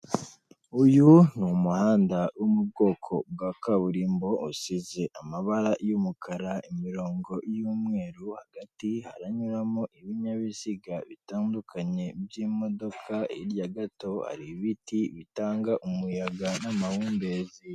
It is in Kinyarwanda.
Uyu ni umuhanda wo mu bwoko bwa kaburimbo usize amabara y'umukara imirongo y'umweru; hagati haranyuramo ibinyabiziga bitandukanye by'imodoka hirya gato hari ibiti bitanga umuyaga n'amahumbezi.